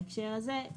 בהקשר הזה,